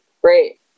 great